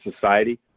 society